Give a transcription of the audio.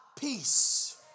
peace